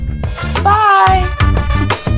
bye